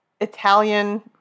Italian